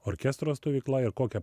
orkestro stovykla ir kokią